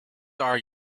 are